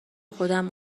خودم